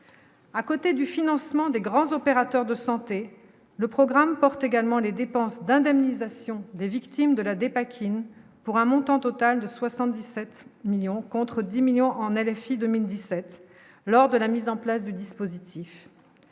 à côté du financement des grands opérateurs de santé le programme porte également les dépenses d'indemnisation des victimes de la dépakine pour un montant total de 77 millions contre 10 millions en RFI 2017 lors de la mise en place du dispositif